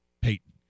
Peyton